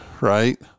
right